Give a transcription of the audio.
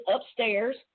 upstairs